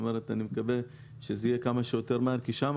אני מקווה שזה יהיה כמה שיותר מהר כי שם